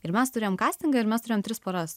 ir mes turėjom kastingą ir mes turėjom tris paras